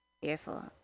fearful